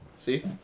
See